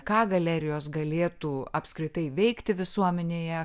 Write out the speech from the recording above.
ką galerijos galėtų apskritai veikti visuomenėje